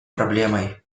проблемой